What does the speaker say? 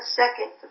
second